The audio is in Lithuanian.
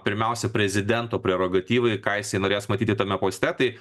pirmiausia prezidento prerogatyvai ką jisai norės matyti tame poste tai